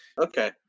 okay